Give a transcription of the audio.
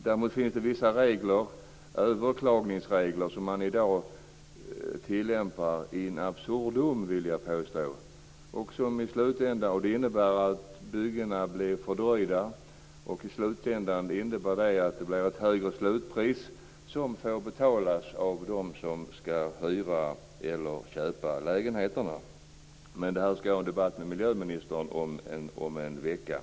Däremot finns det vissa överklagningsregler som man i dag tillämpar in absurdum, vill jag påstå. Det innebär att byggena blir fördröjda och i slutändan innebär det att det blir ett högre slutpris som får betalas av dem som skall hyra eller köpa lägenheterna. Det här skall jag ha en debatt med miljöministern om om en vecka.